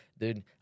Dude